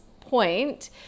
point